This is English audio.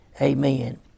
Amen